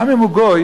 גם אם הוא גוי,